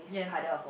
yes